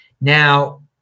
Now